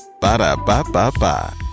Ba-da-ba-ba-ba